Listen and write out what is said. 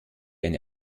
eine